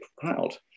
proud